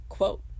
Quote